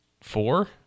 four